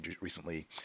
recently